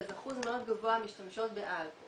אז אחוז מאוד גבוה משתמשות באלכוהול